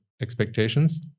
expectations